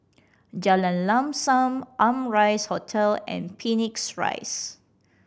Jalan Lam Sam Amrise Hotel and Phoenix Rise